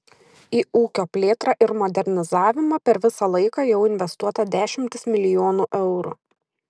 į ūkio plėtrą ir modernizavimą per visą laiką jau investuota dešimtys milijonų eurų